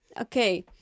Okay